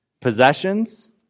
possessions